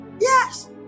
yes